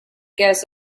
gets